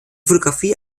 fotografie